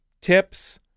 tips